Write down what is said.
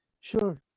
Sure